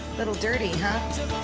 little dirty, huh?